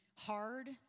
hard